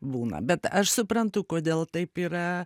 būna bet aš suprantu kodėl taip yra